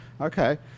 Okay